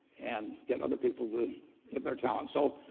and get other people to give their talents. so